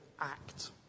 act